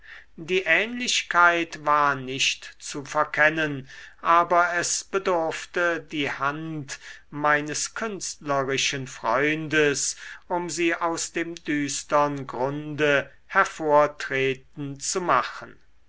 die ähnlichkeit war nicht zu verkennen aber es bedurfte die hand meines künstlerischen freundes um sie aus dem düstern grunde hervortreten zu machen